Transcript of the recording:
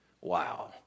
Wow